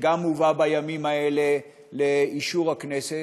שגם הוא מובא בימים האלה לאישור הכנסת,